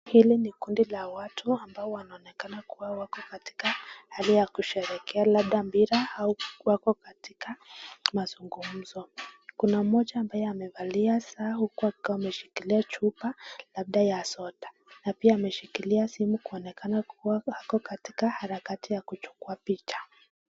Hili ni kundi la watu ambao wanaonekana kuwa wako katika hali ya kusherehekea labda mpira au wako katika mazungumzo. Kuna mmoja ambaye amevalia saa uku akiwa ameshikilia chupa labda ya soda na pia ameshikilia simu kuonekana kuwa ako katika harakati ya kuchukua picha.